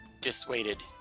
dissuaded